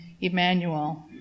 Emmanuel